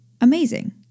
Amazing